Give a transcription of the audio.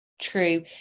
true